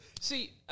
See